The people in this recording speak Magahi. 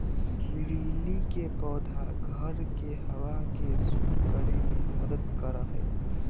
लिली के पौधा घर के हवा के शुद्ध करे में मदद करा हई